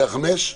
אלה החמש?